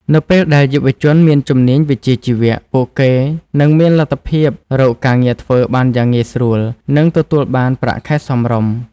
នៅពេលដែលយុវជនមានជំនាញវិជ្ជាជីវៈ ពួកគេនឹងមានលទ្ធភាពរកការងារធ្វើបានយ៉ាងងាយស្រួល និងទទួលបានប្រាក់ខែសមរម្យ។